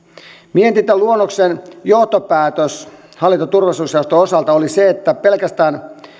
mietintöluonnoksen johtopäätös hallinto ja turvallisuusjaoston osalta oli se että pelkästään